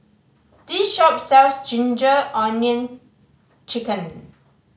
this shop sells ginger onion chicken